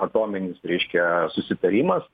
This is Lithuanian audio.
atominis reiškia susitarimas